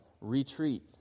retreat